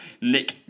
Nick